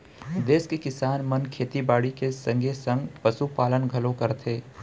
देस के किसान मन खेती बाड़ी के संगे संग पसु पालन घलौ करथे